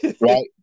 right